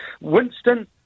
Winston